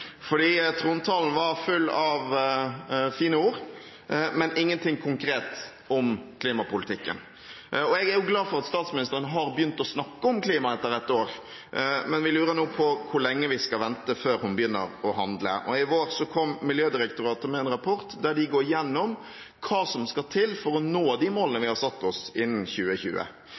klima etter ett år, men vi lurer nå på hvor lenge vi skal vente før hun begynner å handle. I vår kom Miljødirektoratet med en rapport der de går gjennom hva som skal til for å nå de målene vi har satt oss innen 2020.